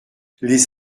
les